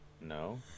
No